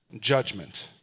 judgment